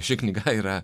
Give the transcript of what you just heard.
ši knyga yra